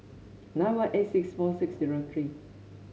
nine one eight six four six zero three